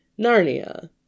Narnia